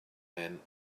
men